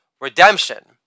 redemption